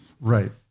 Right